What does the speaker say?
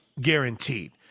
guaranteed